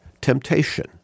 Temptation